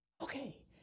okay